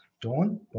Dawn